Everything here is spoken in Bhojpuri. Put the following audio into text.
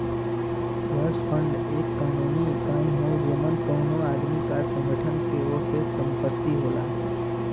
ट्रस्ट फंड एक कानूनी इकाई हौ जेमन कउनो आदमी या संगठन के ओर से संपत्ति होला